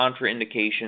contraindications